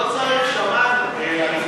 לא צריך, שמענו.